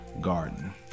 garden